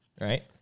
Right